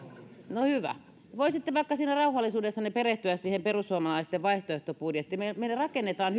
no hyvä voisitte vaikka siinä rauhallisuudessanne perehtyä siihen perussuomalaisten vaihtoehtobudjettiin me rakennamme